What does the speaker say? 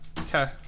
okay